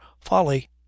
folly